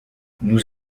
nous